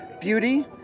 beauty